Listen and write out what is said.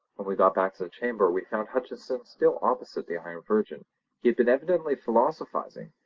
we got back to the chamber we found hutcheson still opposite the iron virgin he had been evidently philosophising,